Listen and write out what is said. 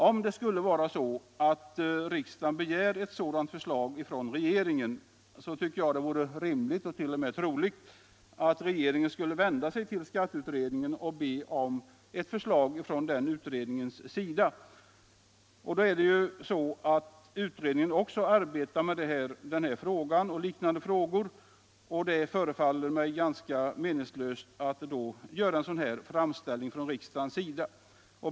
Om riksdagen skulle begära ett sådant förslag från regeringen, tycker jag det skulle vara rimligt — och t.o.m. troligt — att regeringen skulle vända sig till skatteutredningen och be om ett förslag från den. Det är emellertid så att utredningen arbetar med både denna fråga och liknande, varför det förefaller mig ganska meningslöst att riksdagen nu gör en sådan framställning.